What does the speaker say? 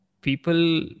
people